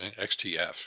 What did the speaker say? XTF